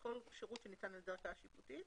כל שירות שניתן על ידי ערכאה שיפוטית.